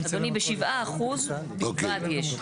אדוני, ב-7% בלבד יש.